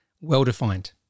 well-defined